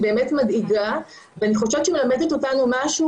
באמת מדאיגים ואני חושבת שמלמדת אותנו משהו